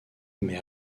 mais